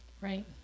right